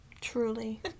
Truly